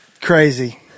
crazy